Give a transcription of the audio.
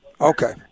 Okay